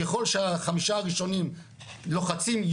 ככול שהחמישה הראשונים לוחצים,